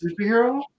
superhero